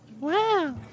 Wow